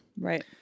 Right